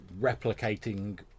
replicating